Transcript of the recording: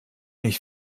ich